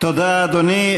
תודה, אדוני.